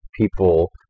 people